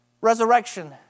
resurrection